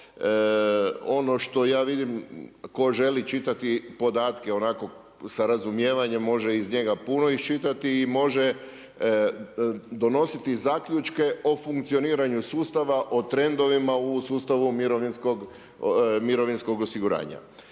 ono što ja vidim, tko želi čitati podatke, onako sa razumijevanjem, može iz njega puno iščitati i može donositi zaključke o funkcioniranju sustava, o trendovima u sustavu mirovinskog osiguranja.